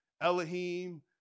Elohim